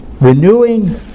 renewing